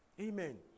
Amen